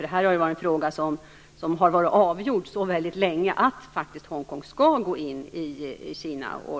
Det avgjordes ju för mycket länge sedan att Hongkong faktiskt skall gå in i Kina år